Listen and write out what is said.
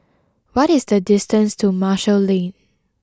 what is the distance to Marshall Lane